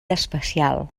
especial